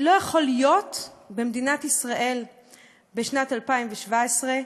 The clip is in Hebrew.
לא יכול להיות במדינת ישראל בשנת 2017,